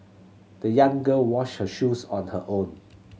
the young girl washed her shoes on her own